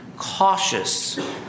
cautious